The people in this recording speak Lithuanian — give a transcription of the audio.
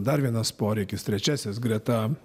dar vienas poreikis trečiasis greta